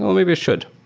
maybe it should.